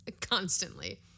constantly